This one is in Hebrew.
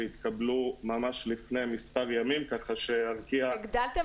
שהתקבלו ממש לפני מספר ימים ככה שארקיע -- הגדלתם